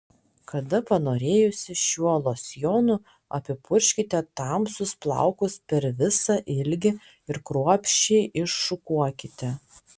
kada panorėjusi šiuo losjonu apipurkškite tamsius plaukus per visą ilgį ir kruopščiai iššukuokite